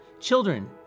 Children